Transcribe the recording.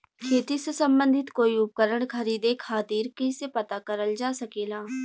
खेती से सम्बन्धित कोई उपकरण खरीदे खातीर कइसे पता करल जा सकेला?